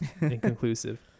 inconclusive